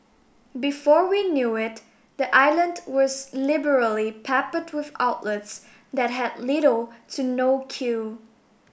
before we knew it the island was liberally peppered with outlets that had little to no queue